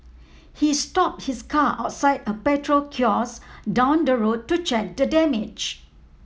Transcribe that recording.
he stopped his car outside a petrol kiosk down the road to check the damage